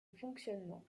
fonctionnement